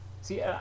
See